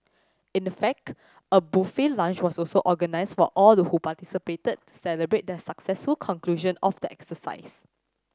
in the fact a buffet lunch was also organised for all the who participated to celebrate the successful conclusion of the exercise